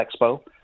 Expo